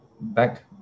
back